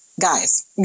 Guys